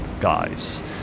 guys